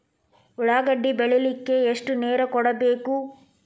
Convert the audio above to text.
ಉಳ್ಳಾಗಡ್ಡಿ ಬೆಳಿಲಿಕ್ಕೆ ಎಷ್ಟು ನೇರ ಕೊಡಬೇಕು?